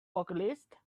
vocalist